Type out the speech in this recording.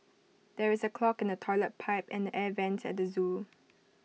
there is A clog in the Toilet Pipe and the air Vents at the Zoo